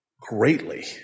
greatly